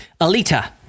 Alita